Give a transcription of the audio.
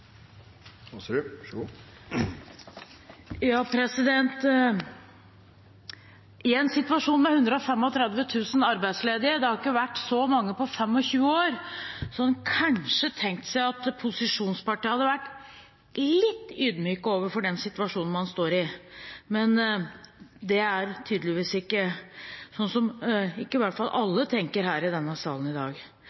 I en situasjon med 135 000 arbeidsledige – det har ikke vært så mange på 25 år – kunne en kanskje tenkt seg at posisjonspartiene hadde vært litt ydmyke overfor den situasjonen man står i. Men det er tydeligvis ikke slik alle tenker i